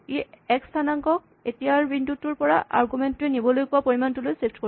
ই x স্হানাংকক এতিয়াৰ বিন্দুটোৰ পৰা আৰগুমেন্ট টোৱে নিবলৈ কোৱা পৰিমাণলৈকে ছিফ্ট কৰিব